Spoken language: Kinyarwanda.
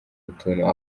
utuntu